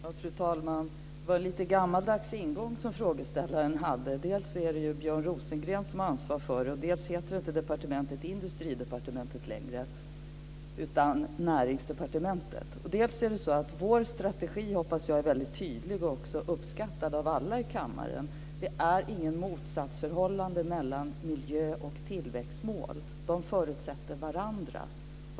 Fru talman! Det var en lite gammeldags ingång som frågeställaren hade. Dels är det Björn Rosengren som har ansvaret för detta. Dels heter departementet inte längre Industridepartementet, utan nu heter det Näringsdepartementet. Dels är, hoppas jag, vår strategi väldigt tydlig och också uppskattad av alla i kammaren. Det finns inget motsatsförhållande mellan miljö och tillväxtmål. De förutsätter varandra.